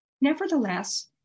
Nevertheless